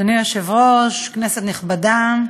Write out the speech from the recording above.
אדוני היושב-ראש, כנסת נכבדה,